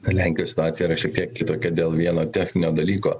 lenkijos situacija yra šiek tiek kitokia dėl vieno techninio dalyko